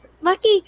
Lucky